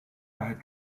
had